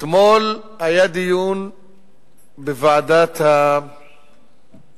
אתמול היה דיון בוועדת הכלכלה